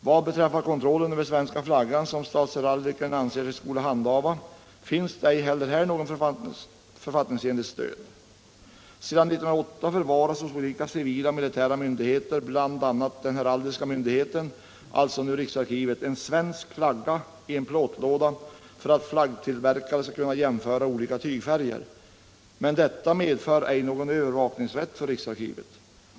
Vad beträffar kontrollen över svenska flaggan, som statsheraldikern anser sig skola handha, finns det ej heller där något författningsenligt stöd. Sedan 1908 förvaras hos olika civila och militära myndigheter, bl.a. den heraldiska myndigheten, alltså nu riksarkivet, en svensk flagga i en plåtlåda för att flaggtillverkaren skall kunna jämföra olika tygfärger. Men detta medför inte någon övervakningsrätt för riksarkivet.